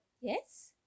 Yes